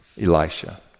Elisha